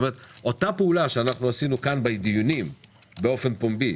כלומר אותה פעולה שאנחנו עשינו בדיונים באופן פומבי,